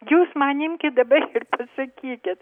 jūs man imkit dabar pasakykit